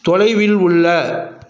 தொலைவில் உள்ள